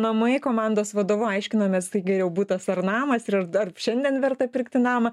namai komandos vadovu aiškinomės tai geriau butas ar namas ir dar šiandien verta pirkti namą